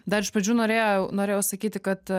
dar iš pradžių norėjau norėjau sakyti kad